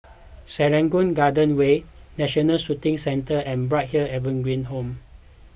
Serangoon Garden Way National Shooting Centre and Bright Hill Evergreen Home